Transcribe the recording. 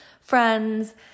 friends